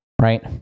Right